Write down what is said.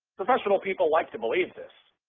professional people like to believe this.